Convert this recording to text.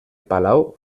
palau